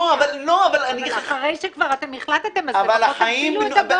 אבל אחרי שכבר החלטתם, אז לפחות תגבילו את הגודל.